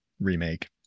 remake